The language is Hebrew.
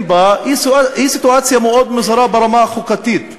בה היא סיטואציה מאוד מוזרה ברמה החוקתית,